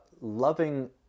loving